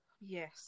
Yes